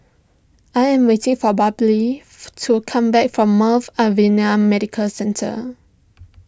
I am waiting for to come back from Mount Alvernia Medical Centre